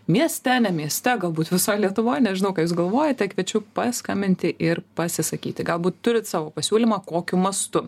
mieste ne mieste galbūt visoj lietuvoj nežinau ką jūs galvojate kviečiu paskambinti ir pasisakyti galbūt turit savo pasiūlymą kokiu mastu